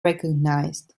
recognized